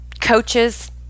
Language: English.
coaches